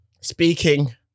speaking